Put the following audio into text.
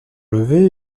levé